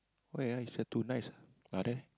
where ah he share to nice ah there